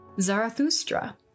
Zarathustra